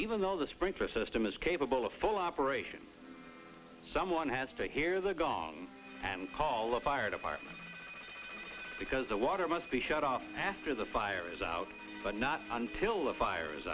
even though the sprinkler system is capable of full operation someone has to hear the gong and call the fire department because the water must be shut off after the fire is out but not until the fire